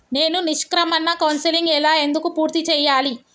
నేను నిష్క్రమణ కౌన్సెలింగ్ ఎలా ఎందుకు పూర్తి చేయాలి?